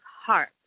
heart